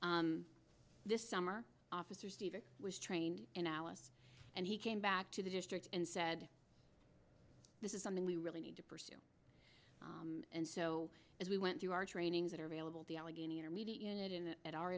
this summer officer steven was trained in alice and he came back to the district and said this is something we really need to pursue and so as we went through our trainings that are available the allegheny intermediate unit in the at our